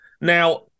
Now